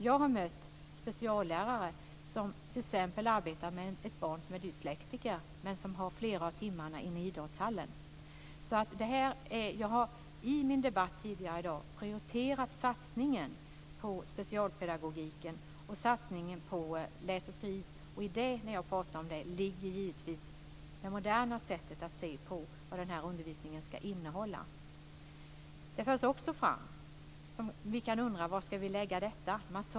Jag har mött en speciallärare som arbetar bl.a. med barn som är dyslektiker och som har flera av timmarna i idrottshallen. Jag har i min debatt tidigare i dag prioriterat satsningen på specialpedagogiken och satsningen på läs och skrivsvårigheter. I det ligger givetvis det moderna sättet att se på vad undervisningen ska innehålla. Massage förs också fram, och man kan undra var den ska läggas in.